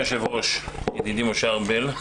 כבוד היושב-ראש, ידידי משה ארבל,